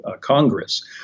Congress